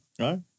right